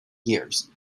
years